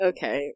Okay